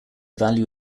value